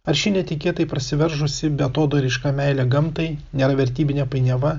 ar ši netikėtai prasiveržusi beatodairiška meilė gamtai nėra vertybinė painiava